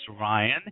Ryan